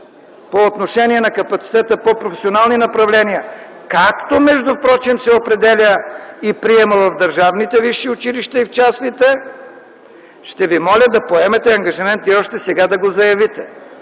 по отношение на капацитета по професионални направления, както между впрочем се определя и приемът в държавните и в частните висши училища, ще ви моля да поемете ангажимент и още сега да го заявите.